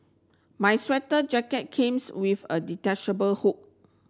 my sweater jacket with a detachable hood